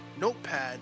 notepad